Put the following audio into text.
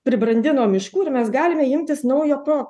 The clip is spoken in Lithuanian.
pribrandino miškų ir mes galime imtis naujo pro